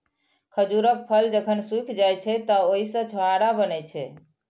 खजूरक फल जखन सूखि जाइ छै, तं ओइ सं छोहाड़ा बनै छै